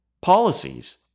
policies